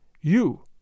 You